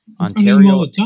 Ontario